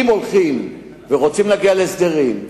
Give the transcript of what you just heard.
אם רוצים להגיע להסדרים,